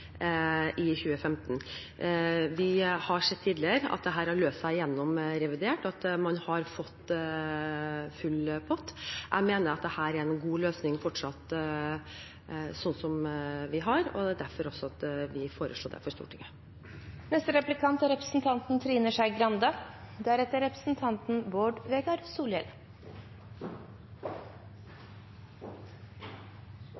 i 2016. Vi har sett tidligere at dette har løst seg gjennom revidert, og at man har fått full pott. Jeg mener at dette fortsatt er en god løsning, og det er også derfor vi foreslår det for Stortinget. Medias rolle er